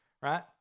right